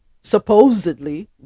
supposedly